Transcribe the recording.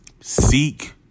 seek